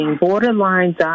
borderline